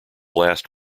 last